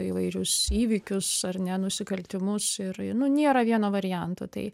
įvairius įvykius ar ne nusikaltimus ir nu nėra vieno varianto tai